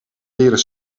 leren